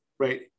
right